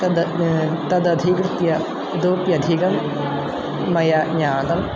तत् तदधिकृत्य इतोप्यधिकं मया ज्ञातम्